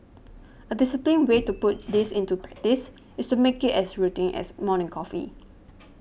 a disciplined way to put this into practice is to make it as routine as morning coffee